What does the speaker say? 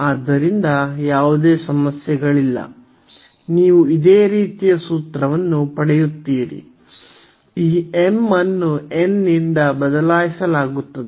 ಆದ್ದರಿಂದ ಯಾವುದೇ ಸಮಸ್ಯೆಗಳಿಲ್ಲ ನೀವು ಇದೇ ರೀತಿಯ ಸೂತ್ರವನ್ನು ಪಡೆಯುತ್ತೀರಿ ಈ m ಅನ್ನು n ನಿಂದ ಬದಲಾಯಿಸಲಾಗುತ್ತದೆ